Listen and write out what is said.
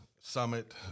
Summit